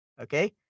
Okay